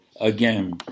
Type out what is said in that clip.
Again